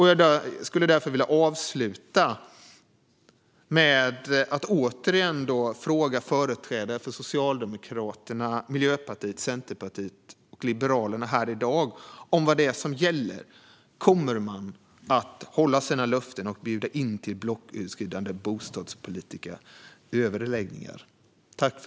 Jag skulle därför vilja avsluta med att återigen fråga företrädare för Socialdemokraterna, Miljöpartiet, Centerpartiet och Liberalerna här i dag vad det är som gäller: Kommer man att hålla sina löften och bjuda in till blocköverskridande bostadspolitiska överläggningar?